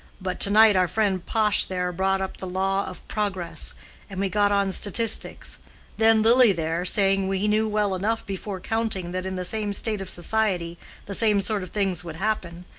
but tonight our friend pash, there, brought up the law of progress and we got on statistics then lily, there, saying we knew well enough before counting that in the same state of society the same sort of things would happen,